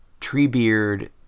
Treebeard